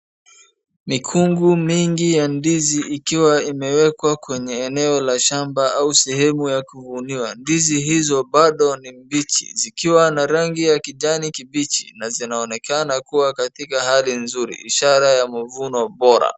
Mikungu mingi ya ndizi ikiwa imewekwa kwenye eneo la shamba au sehemu ya kuvuniwa. Ndizi hizo bado ni mbichi zikiwa na rangi ya kimbichi na zinaonekana kuwa katika hali nzuri ishara ya mavuno bora.